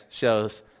shows